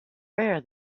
rare